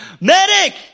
Medic